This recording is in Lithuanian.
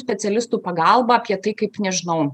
specialistų pagalba apie tai kaip nežinau